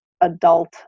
adult